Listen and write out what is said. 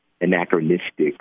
anachronistic